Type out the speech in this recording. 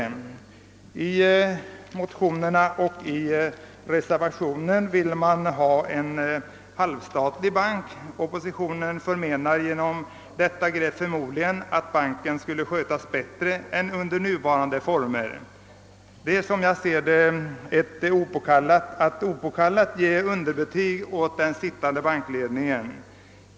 I motionerna och i reservationen vill man ha en halvstatlig bank. Oppositionen menar genom detta grepp förmodligen att banken skulle skötas bättre än i nuvarande former. Det är som jag uppfattar det att opåkallat ge underbetyg åt den sittande bankledningen.